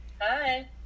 Hi